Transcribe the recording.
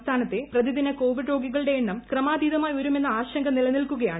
സംസ്ഥാനത്തെ പ്രതിദിന കൊവിഡ് രോഗികളുടെ എണ്ണം ക്രമാതീതമായി ഉയരുമെന്ന ആശങ്ക നിലനിൽക്കുകയാണ്